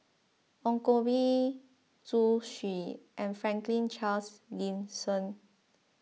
Ong Koh Bee Zhu Xu and Franklin Charles Gimson